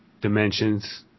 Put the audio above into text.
dimensions